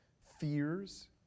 Fears